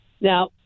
Now